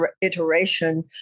iteration